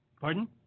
Pardon